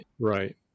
Right